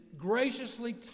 graciously